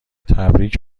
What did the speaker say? تبریک